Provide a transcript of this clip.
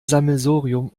sammelsurium